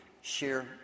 Share